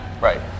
Right